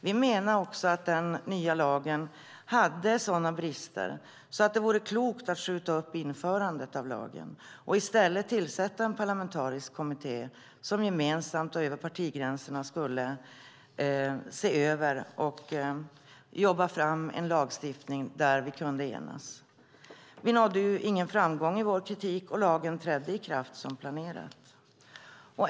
Vi menade också att den nya lagen hade sådana brister att det vore klokt skjuta upp införandet av lagen och i stället tillsätta en parlamentarisk kommitté som gemensamt och över partigränserna skulle se över och jobba fram en lagstiftning som vi kunde enas om. Vi nådde ingen framgång i vår kritik, och lagen trädde i kraft som planerat.